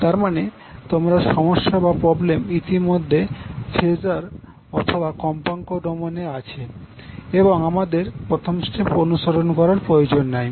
তারমানে তোমার সমস্যা বা প্রবলেম ইতিমধ্যে ফেজার অথবা কম্পাঙ্ক ডোমেন কম্পাঙ্ক এ আছে এবং আমাদের প্রথম স্টেপ অনুসরণ করার প্রয়োজন নেই